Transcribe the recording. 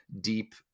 deep